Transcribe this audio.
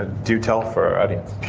do tell for our audience